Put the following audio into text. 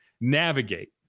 navigate